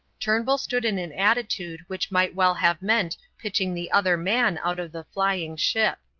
turnbull stood in an attitude which might well have meant pitching the other man out of the flying ship.